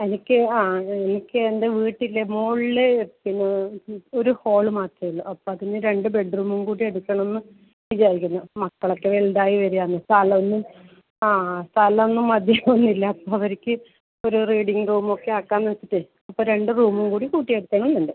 എനിക്ക് ആ എനിക്ക് എൻ്റെ വീട്ടിൻ്റെ മുകളിൽ പിന്നെ ഒരു ഹോള് മാത്രമേ ഉള്ളൂ അപ്പോൾ അതിന് രണ്ട് ബെഡ്റൂമും കൂടി എടുക്കണം എന്ന് വിചാരിക്കുന്നു മക്കളൊക്കെ വലുതാ യി വരുവാണ് സ്ഥലമൊന്നും ആ സ്ഥലമൊന്നും മതി ആവുന്നില്ല അപ്പോൾ അവർക്ക് ഒരു റീഡിങ്ങ് റൂമൊക്കെ ആക്കാൻ വേണ്ടിയിട്ട് അപ്പോൾ രണ്ട് റൂമും കൂടി കൂട്ടി എടുക്കണം എന്നുണ്ട്